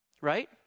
right